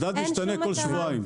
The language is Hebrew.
מדד משתנה כל שבועיים.